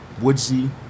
Woodsy